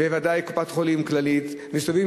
בוודאי קופת-חולים "כללית" מסתובבות